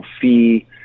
fee